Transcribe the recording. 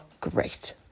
great